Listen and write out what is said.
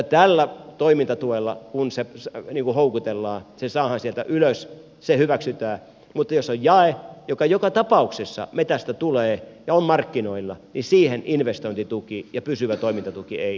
tällä toimintatuella kun se houkutellaan se saadaan sieltä ylös se hyväksytään mutta jos on jae joka joka tapauksessa metsästä tulee ja on markkinoilla niin siihen investointituki ja pysyvä toimintatuki ei kelpaa